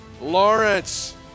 Lawrence